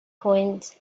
coins